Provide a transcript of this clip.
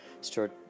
Start